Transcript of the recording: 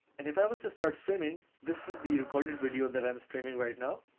and if i was to start streaming, this is the recorded video that i'm streaming right now.